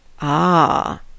Ah